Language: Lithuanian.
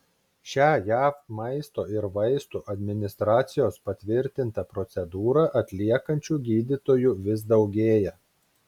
šią jav maisto ir vaistų administracijos patvirtintą procedūrą atliekančių gydytojų vis daugėja